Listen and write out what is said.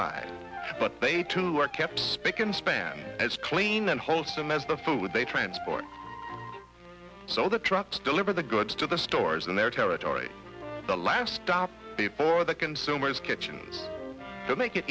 by but they too are kept spic and span as clean and wholesome as the food they transport so the trucks deliver the goods to the stores in their territory the last stop before the consumers kitchen to make it